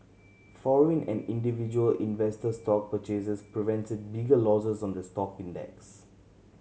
foreign and individual investor stock purchases prevented bigger losses on the stock index